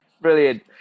Brilliant